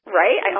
right